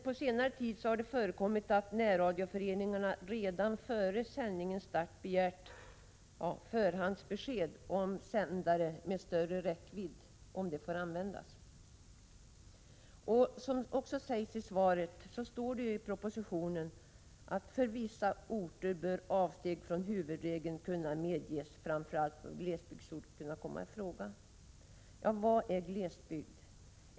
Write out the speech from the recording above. På senare tid har det emellertid förekommit att närradioföreningar redan före sändningarnas start begärt förhandsbesked om huruvida sändare med större räckvidd får användas. Som det sägs i svaret, står det i propositionen att det för vissa orter bör kunna medges avsteg från huvudregeln, framför allt för glesbygdsorterna. Vad är glesbygd?